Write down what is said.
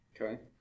Okay